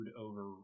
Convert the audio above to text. over